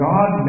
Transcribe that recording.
God